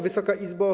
Wysoka Izbo!